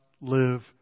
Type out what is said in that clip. live